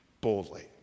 boldly